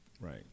Right